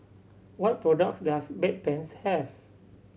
what products does Bedpans have